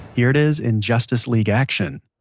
here it is in justice league action